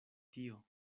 tio